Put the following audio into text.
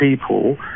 people